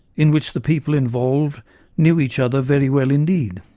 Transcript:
in which the people involved knew each other very well indeed.